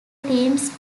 teams